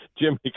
Jimmy